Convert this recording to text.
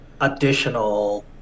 additional